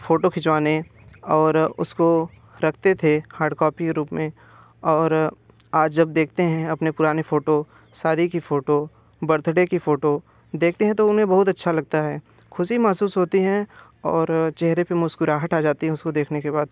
photo खिंचवाने और उसको रखते थे हार्ड कापी के रूप में और आज जब देखते हैं अपने पुराने फ़ोटो शादी की फ़ोटो बर्थडे की फ़ोटो देखते हैं तो उन्हें बहुत अच्छा लगता है ख़ुशी महसूस होती हैं और चेहरे पर मुस्कुराहट आ जाती है उसको देखने के बाद